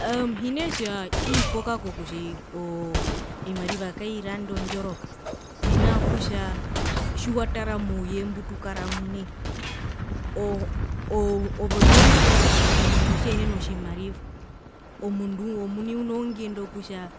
Aaa hinetja ii poo kako kutja oo ovimariva kaviranda ondjoroka mena rokutja tjiwatara mouye mutukara omwi nai oo ove moripura kutja omundu tjehina tjimariva omundu omuni uno ngendo yokutja